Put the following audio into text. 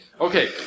Okay